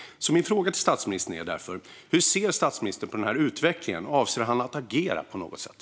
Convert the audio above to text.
Min fråga till statsministern är därför: Hur ser statsministern på den utvecklingen? Avser han att agera på något sätt?